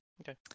Okay